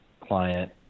client